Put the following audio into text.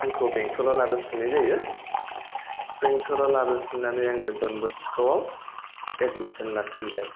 आंखौ बेंतलआव लाबो फिननाय जायो बेंतलाव लाबो फिन्नानै आङो दन बक्सकआव एडमिसन लाफिनबाय